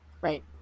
right